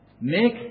Make